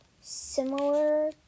similar